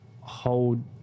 hold